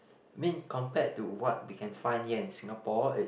I mean compared to what we can find here in Singapore it